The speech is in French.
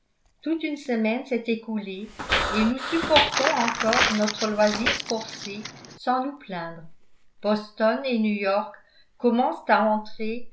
toute une semaine s'est écoulée et nous supportons encore notre loisir forcé sans nous plaindre boston et new-york commencent à